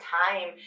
time